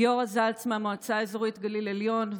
גיורא זלץ מהמועצה האזורית גליל עליון,